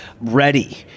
ready